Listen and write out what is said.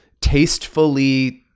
tastefully